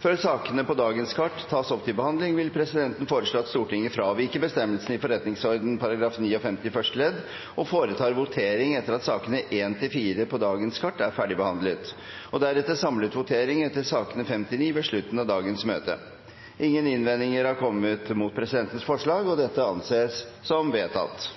Før sakene på dagens kart tas opp til behandling, vil presidenten foreslå at Stortinget fraviker bestemmelsen i § 59 første ledd i Stortingets forretningsorden og foretar votering etter at sakene nr. 1–4 på dagens kart er ferdigbehandlet, og deretter samlet votering etter sakene nr. 5–9 ved slutten av dagens møte. – Ingen innvendinger er kommet mot presidentens forslag, og det anses vedtatt.